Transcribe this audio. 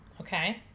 okay